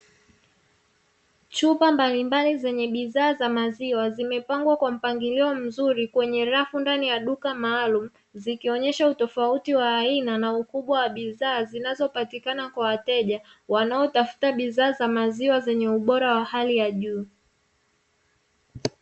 Chupa mbalimbali zenye bidhaa za maziwa zimepangwa kwa mpangilio mzuri kwenye rafu ndani ya duka maalumu zikionesha utofauti wa aina na ukubwa wa bidhaa zinazopatikana kwa wateja wanaotafuta bidhaa za maziwa zenye ubora wa hali ya juu.